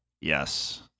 Yes